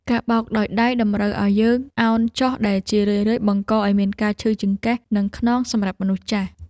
ការបោកដោយដៃតម្រូវឱ្យយើងអោនចុះដែលជារឿយៗបង្កឱ្យមានការឈឺចង្កេះ និងខ្នងសម្រាប់មនុស្សចាស់។